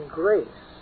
grace